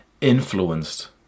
influenced